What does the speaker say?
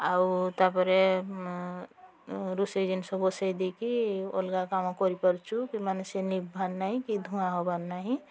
ଆଉ ତା'ପରେ ରୋଷେଇ ଜିନିଷ ବସାଇ ଦେଇକି ଅଲଗା କାମ କରିପାରୁଛୁ କି ମାନେ ସେଇ ଲିଭିବାର ନାଇଁ କି ଧୂଆଁ ହେବାର ନାହିଁ